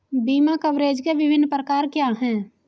बीमा कवरेज के विभिन्न प्रकार क्या हैं?